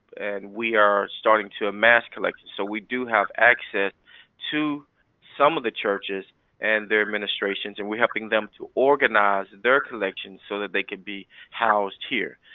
and we are starting to amass collections. so we do have access to some of the churches and their administrations, and we're helping them to organize and their collections so that they could be housed here.